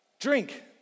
drink